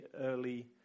early